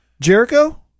Jericho